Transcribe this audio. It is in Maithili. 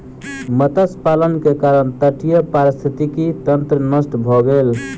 मत्स्य पालन के कारण तटीय पारिस्थितिकी तंत्र नष्ट भ गेल